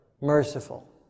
Merciful